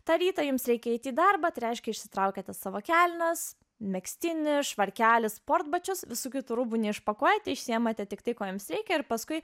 tą rytą jums reikia eiti į darbą reiškia išsitraukiate savo kelnes megztinį švarkelį sportbačius visokių rūbų neišpakuojate išsiimate tiktai kojoms reikia ir paskui